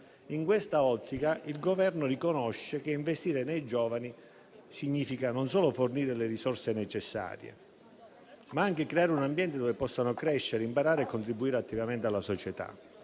In questa ottica, il Governo riconosce che investire nei giovani significa non solo fornire le risorse necessarie, ma anche creare un ambiente dove possano crescere, imparare e contribuire attivamente alla società.